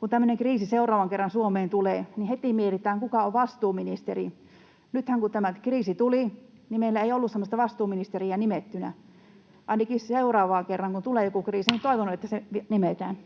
kun tämmöinen kriisi seuraavan kerran Suomeen tulee, niin heti mietitään, kuka on vastuuministeri. Nythän, kun tämä kriisi tuli, niin meillä ei ollut semmoista vastuuministeriä nimettynä. Ainakin seuraavan kerran, kun tulee joku kriisi, niin toivon, että se nimetään.